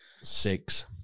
Six